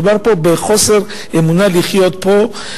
מדובר פה בחוסר אמונה בחיינו פה,